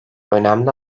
önemli